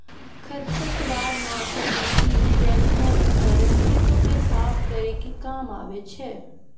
खरपतवार नासक मसीन जैसनो उपकरन खेतो क साफ करै के काम आवै छै